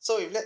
so if let's